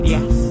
Yes